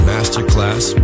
Masterclass